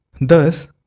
Thus